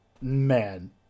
man